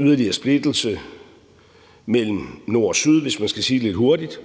yderligere splittelse mellem nord og syd, hvis man skal sige det lidt hurtigt,